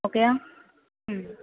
ஓகேயா ம்